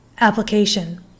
Application